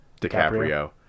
DiCaprio